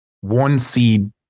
one-seed